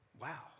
wow